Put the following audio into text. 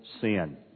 sin